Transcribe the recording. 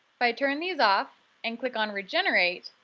if i turn these off and click on regenerate,